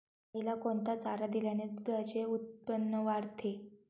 गाईला कोणता चारा दिल्याने दुधाचे उत्पन्न वाढते?